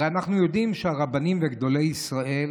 הרי אנחנו יודעים שהרבנים וגדולי ישראל